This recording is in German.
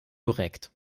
korrekt